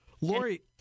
Lori